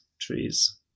trees